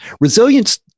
Resilience